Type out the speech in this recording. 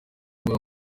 mbuga